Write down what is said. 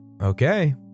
Okay